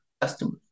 customers